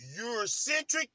Eurocentric